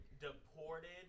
deported